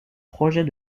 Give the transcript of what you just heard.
projet